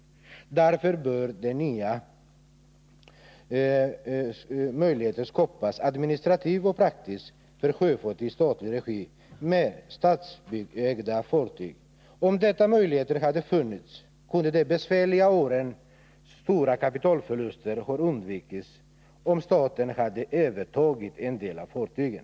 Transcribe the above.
Därför bör det nu skapas möjligheter — administrativt och praktiskt — för sjöfart i statlig regi med statsägda fartyg. Om dessa möjligheter hade funnits, kunde under de besvärliga åren stora kapitalförluster ha undvikits. Om staten hade övertagit en del av fartygen .